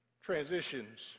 transitions